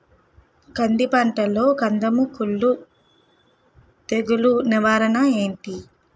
కంది పంటలో కందము కుల్లు తెగులు నివారణ ఏంటి?